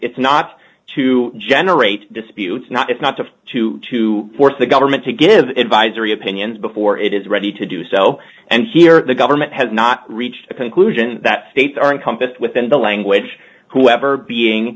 not to generate disputes not it's not to to to force the government to give advise or any opinions before it is ready to do so and here the government has not reached a conclusion that states are encompassed within the language whoever being